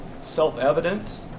self-evident